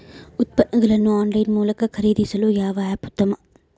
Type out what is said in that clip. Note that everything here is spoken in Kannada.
ಉತ್ಪನ್ನಗಳನ್ನು ಆನ್ಲೈನ್ ಮೂಲಕ ಖರೇದಿಸಲು ಯಾವ ಆ್ಯಪ್ ಉತ್ತಮ?